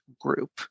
group